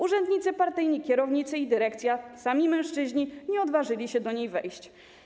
Urzędnicy partyjni, kierownicy i dyrekcja - sami mężczyźni - nie odważyli się do niej wejść.